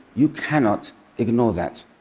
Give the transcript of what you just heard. you cannot ignore that.